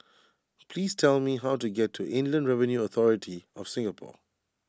please tell me how to get to Inland Revenue Authority of Singapore